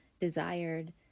desired